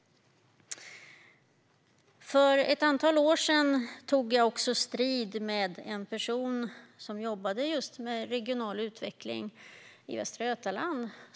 För ett antal år sedan tog jag också strid med en person som jobbade med just regional utveckling i Östra Götaland.